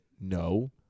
No